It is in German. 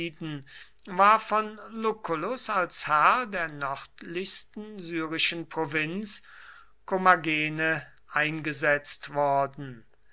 war von lucullus als herr der nördlichsten syrischen provinz kommagene eingesetzt worden